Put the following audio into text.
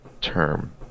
term